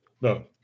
No